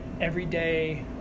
everyday